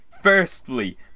Firstly